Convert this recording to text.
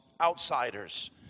outsiders